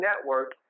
network